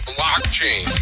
Blockchain